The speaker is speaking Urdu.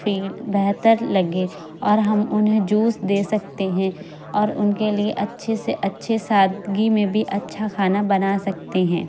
فیل بہتر لگے اور ہم انہیں جوس دے سکتے ہیں اور ان کے لیے اچھے سے اچھے سادگی میں بھی اچھا کھانا بنا سکتے ہیں